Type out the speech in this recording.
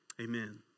Amen